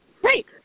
Great